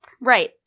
Right